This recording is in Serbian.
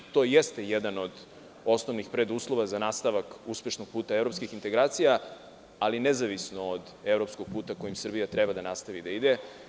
To jeste jedan od osnovnih preduslova za nastavak uspešnog puta evropskih integracija, ali nezavisno od evropskog puta kojim Srbija treba da nastavi da ide.